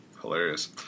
hilarious